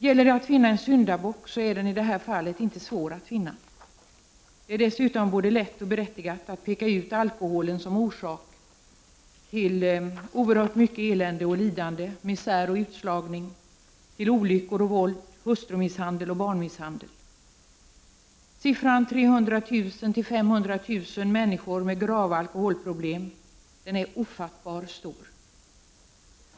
Gäller det att finna en syndabock är den i det här fallet inte svår att finna. Det är dessutom både lätt och berättigat att peka ut alkoholen som orsak till oerhört mycket elände och lidande, misär och utslagning, olyckor och våld, hustrumisshandel och barnmisshandel. 300 000-500 000 människor med grava alkoholproblem är ett ofattbart stort antal.